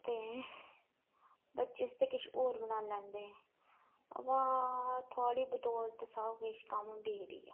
ते बच्चें आस्तै किश होर बनाई लैंदे अवा थुआढ़ी बदौलत सब किश कम्म बिगड़ी गेआ